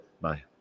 bye